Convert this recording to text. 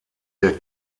der